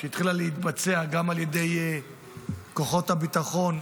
גם על ידי כוחות הביטחון,